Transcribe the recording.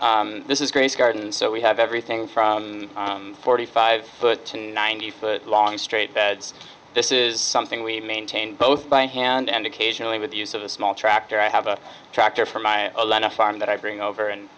food this is grace garden so we have everything from forty five foot to ninety foot long straight beds this is something we maintain both by hand and occasionally with the use of a small tractor i have a tractor from my old on a farm that i bring over and